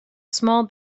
small